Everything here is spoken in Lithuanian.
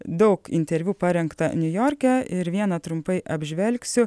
daug interviu parengta niujorke ir vieną trumpai apžvelgsiu